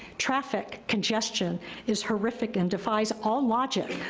traffic congestion is horrific and defies all logic,